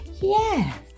Yes